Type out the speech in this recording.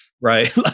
Right